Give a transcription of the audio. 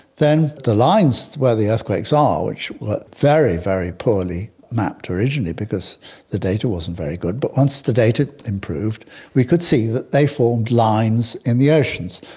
then the lines where the earthquakes are, which were very, very poorly mapped originally because the data wasn't very good, but once the data improved we could see that they formed lines in the oceans.